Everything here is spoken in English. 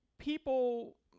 People